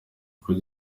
kuva